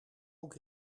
ook